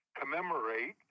commemorate